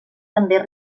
també